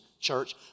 church